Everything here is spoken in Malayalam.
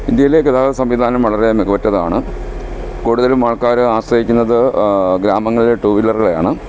ഇന്ത്യയിലെ ഗതാഗത സംവിധാനം വളരെ മികവുറ്റതാണ് കൂടുതലും ആൾക്കാർ ആശ്രയിക്കുന്നത് ഗ്രാമങ്ങളിൽ ടൂ വീലറുകളെ ആണ്